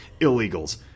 illegals